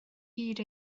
hyd